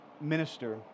minister